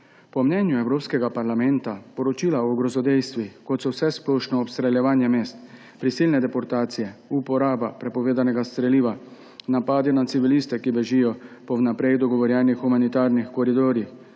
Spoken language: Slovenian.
Po mnenju Evropskega parlamenta poročila o grozodejstvih, kot so vsesplošno obstreljevanje mest, prisilne deportacije, uporaba prepovedanega streliva, napadi na civiliste, ki bežijo po vnaprej dogovorjenih humanitarnih koridorjih,